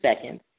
seconds